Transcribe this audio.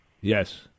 Yes